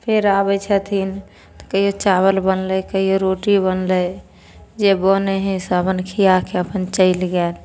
फेर आबै छथिन तऽ कहियो चावल बनलै कहियो रोटी बनलै जे बनै हइ से अपन खियाके अपन चलि गैल